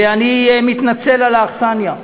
ואני מתנצל על האכסניה,